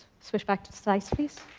switch back to slides, please.